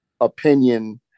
opinion